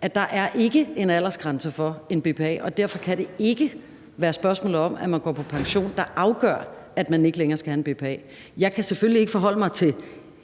at der ikke er en aldersgrænse for BPA, og derfor kan det ikke være spørgsmålet om, at man går på pension, der afgør, at man ikke længere skal have en BPA. Jeg ved jo ikke, hvad den ene